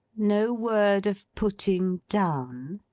no word of putting down?